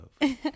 love